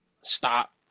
stop